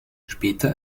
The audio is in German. später